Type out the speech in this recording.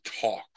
talk